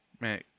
Man